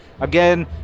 Again